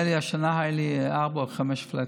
נדמה לי שהשנה היו ארבעה או חמישה פלאטים.